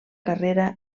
carrera